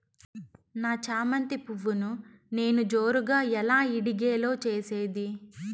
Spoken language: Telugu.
నా చామంతి పువ్వును నేను జోరుగా ఎలా ఇడిగే లో చేసేది?